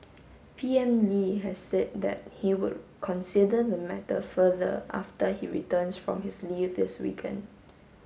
P M Lee has said that he would consider the matter further after he returns from his leave this weekend